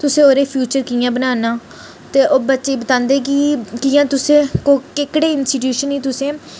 तुसें ओह्दे फ्यूचर कि'यां बनाना ते ओह् बच्चें गी बतांदे कि कि'यां तुसें कोह् केकड़े इंस्टूयिशन गी तुसें